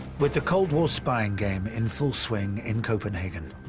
with the cold war spying game in full swing in copenhagen,